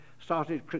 started